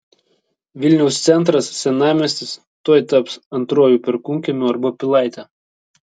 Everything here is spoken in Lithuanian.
vilniaus centras senamiestis tuoj taps antruoju perkūnkiemiu arba pilaite